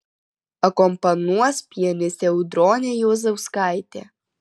akompanuos pianistė audronė juozauskaitė